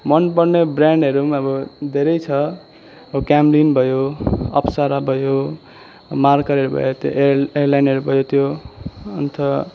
मन पर्ने ब्रेन्डहरू पनि अब धेरै छ अब क्यामलिन भयो अप्सरा भयो मार्करहरू भयो त्यो एल एलेनहरू भयो त्यो अन्त